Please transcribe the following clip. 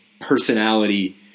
personality